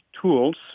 tools